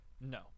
no